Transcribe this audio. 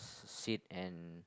sit and